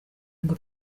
ngo